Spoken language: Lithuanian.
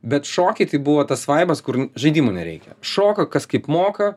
bet šokiai tai buvo tas vaibas kur žaidimų nereikia šoka kas kaip moka